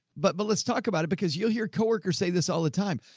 but, but let's talk about it because you'll hear coworkers say this all the time.